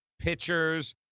pitchers